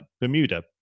Bermuda